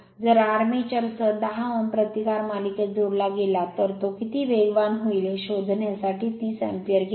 जर आर्मेचर सह 10 Ω प्रतिकार मालिकेत जोडला गेला तर तो किती वेगवान होईल हे शोधण्यासाठी 30 अँपिअर घेते